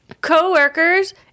co-workers